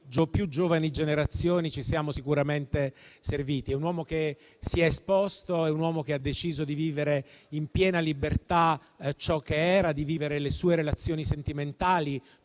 più giovani generazioni ci siamo sicuramente serviti. È un uomo che si è esposto, che ha deciso di vivere in piena libertà ciò che era, di vivere le sue relazioni sentimentali,